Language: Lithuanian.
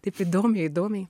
taip įdomiai įdomiai